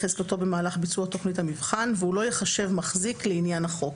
לחזקתו במהלך ביצוע תכנית המבחן והוא לא ייחשב מחזיק לעניין החוק."